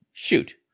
Shoot